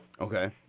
Okay